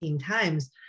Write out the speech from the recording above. times